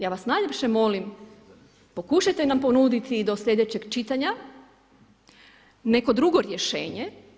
Ja vas najljepše molim pokušajte nam ponuditi do sljedećeg čitanja neko drugo rješenje.